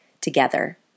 together